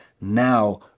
now